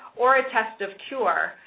or a test of cure.